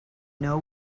know